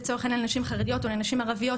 לצורך העניין לנשים חרדיות או לנשים ערביות